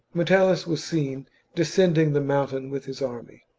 metellus was seen descending the mountain with his army,